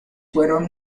fueron